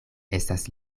estas